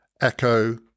Echo